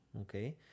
okay